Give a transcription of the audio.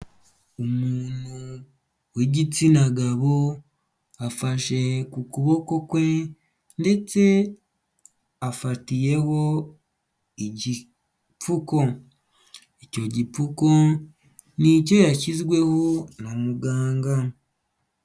Umuntu w'igitsina gabo afashe ku kuboko kwe ndetse afatiyeho igipfuko, icyo gipuku ni icyo yashyizweho na muganga.